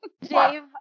Dave